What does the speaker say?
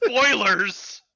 Spoilers